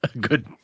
good